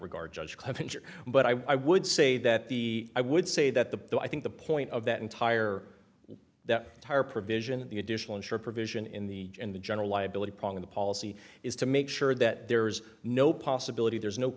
regard judge clevenger but i would say that the i would say that the i think the point of that entire that entire provision in the additional insure provision in the in the general liability prong of the policy is to make sure that there is no possibility there's no